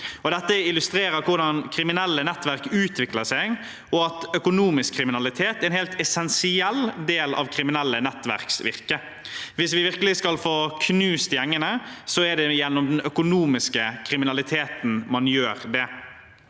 Dette illustrerer hvordan kriminelle nettverk utvikler seg, og at økonomisk kriminalitet er en helt essensiell del av kriminelle nettverks virke. Hvis vi virkelig skal få knust gjengene, er det gjennom den økonomiske kriminaliteten man gjør det.